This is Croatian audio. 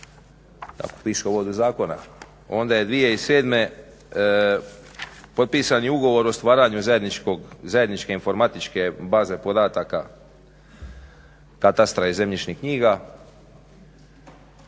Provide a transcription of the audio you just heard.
tako piše u uvodu zakona, onda je 2007.potpisan ugovor o stvaranju zajedničke informatičke baze podataka, katastra i zemljišnih knjiga.